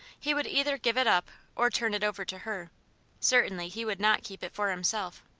he would either give it up or turn it over to her certainly he would not keep it for himself.